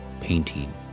painting